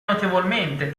notevolmente